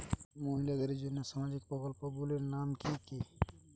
মহিলাদের জন্য সামাজিক প্রকল্প গুলির নাম কি কি?